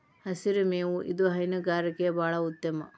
ಹಸಿರು ಮೇವು ಇದು ಹೈನುಗಾರಿಕೆ ಬಾಳ ಉತ್ತಮ